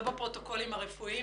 לא בפרוטוקולים הרפואיים.